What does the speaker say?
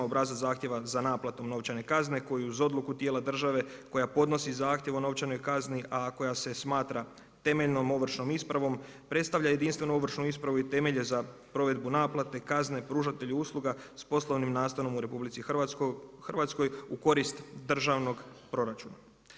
Obrazac zahtjeva za naplatom novčane kazne koji uz odluku tijela države koja podnosi zahtjev o novčanoj kazni, a koja se smatra temeljnom ovršnom ispravom predstavlja jedinstvu ovršnu ispravu i temelje za provedbu naplate kazne pružatelju usluga s poslovnim nastanom u RH u korist državnog proračuna.